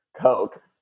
coke